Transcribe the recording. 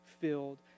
filled